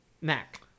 Mac